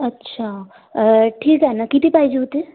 अच्छा ठीक आहे ना किती पाहिजे होते